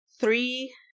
three